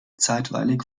zeitweilig